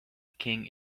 king